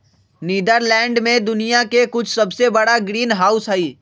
Netherlands में दुनिया के कुछ सबसे बड़ा ग्रीनहाउस हई